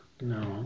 No